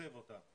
מתקצב אותה,